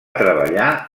treballar